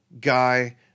guy